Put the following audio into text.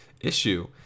issue